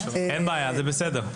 אין בעיה, זה בסדר.